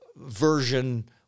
version